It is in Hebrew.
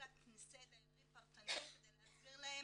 אלא כנסי דיירים פרטניים כדי להסביר להם